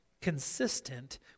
consistent